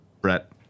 Brett